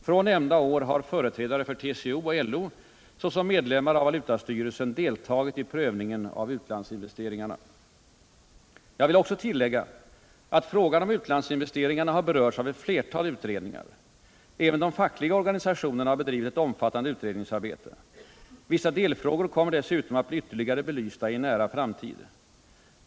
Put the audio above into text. Från nämnda år har företrädare för TCO och LO såsom medlemmar av valutastyrelsen deltagit i prövningen av utlandsinvesteringarna. Jag vill tillägga att frågan om utlandsinvesteringarna har berörts av ett flertal utredningar. Även de fackliga organisationerna har bedrivit ett omfattande utredningsarbete. Vissa delfrågor kommer dessutom att bli ytterligare belysta i en nära framtid.